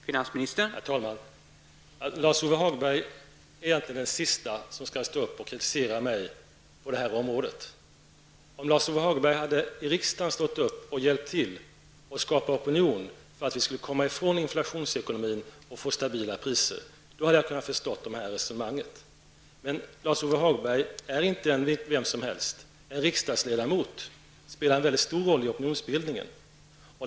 Herr talman! Lars-Ove Hagberg är egentligen den siste som skall stå upp och kritisera mig på det här området. Om Lars-Ove Hagberg i riksdagen hade hjälpt till för att skapa opinion, så att vi kan komma ifrån inflationsekonomin och få stabila priser, hade jag förstått Lars-Ove Hagbergs resonemang. Men Lars-Ove Hagberg är inte vem som helst. En riksdagsledamot spelar en mycket stor roll i opinionsbildningen.